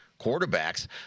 quarterbacks